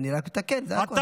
אני רק מתקן, זה הכול.